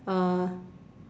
uh